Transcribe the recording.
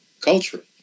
culture